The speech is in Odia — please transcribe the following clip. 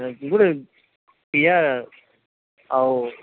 ଗୋଟେ ପ୍ରିୟା ଆଉ